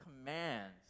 commands